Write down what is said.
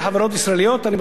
אני בטוח ששר האוצר,